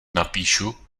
napíšu